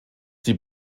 die